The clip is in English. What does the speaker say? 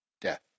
death